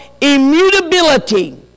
immutability